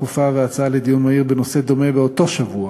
דחופה והצעה לדיון מהיר בנושא דומה באותו שבוע.